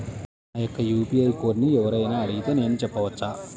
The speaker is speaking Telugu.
నా యొక్క యూ.పీ.ఐ కోడ్ని ఎవరు అయినా అడిగితే నేను చెప్పవచ్చా?